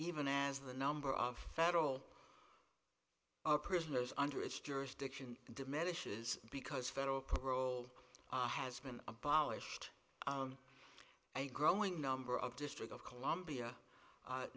even as the number of federal prisoners under its jurisdiction diminishes because federal parole has been abolished a growing number of district of columbia